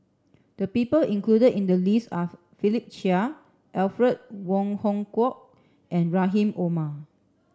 the people included in the list are Philip Chia Alfred Wong Hong Kwok and Rahim Omar